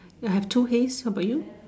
I have two hays what about you